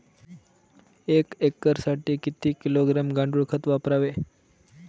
एक एकरसाठी किती किलोग्रॅम गांडूळ खत वापरावे?